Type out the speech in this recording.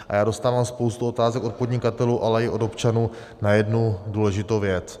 Já dostávám spoustu otázek od podnikatelů, ale i od občanů na jednu důležitou věc.